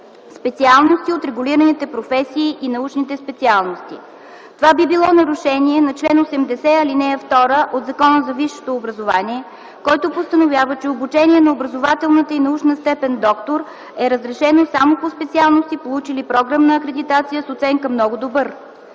специалности от регулираните професии и научните специалности. Това би било нарушение на чл. 80, ал. 2 от Закона за висшето образование, който постановява, че обучение на образователната и научна степен „доктор” е разрешено само по специалности, получили програмна акредитация с оценка „много добър”.